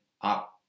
up